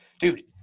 Dude